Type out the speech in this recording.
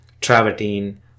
travertine